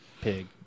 pig